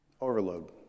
overload